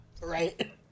Right